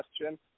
question